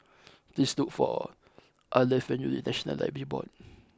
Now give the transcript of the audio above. please look for Arleth when you reach National Library Board